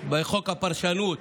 בחוק הפרשנות